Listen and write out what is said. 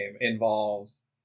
involves